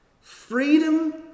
freedom